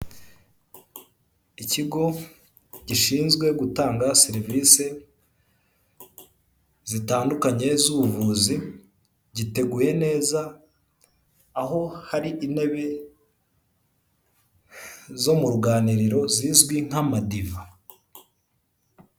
Ikigo gishinzwe gutanga serivisi zitandukanye z'ubuvuzi giteguye neza aho hari intebe zo mu ruganiriro zizwi nk'amadiva.